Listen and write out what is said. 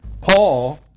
Paul